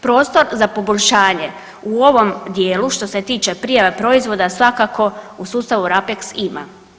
Prostor za poboljšanje u ovom dijelu, što se tiče prijave proizvoda, svakako, u sustavu RAPEX, ima.